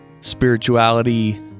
Spirituality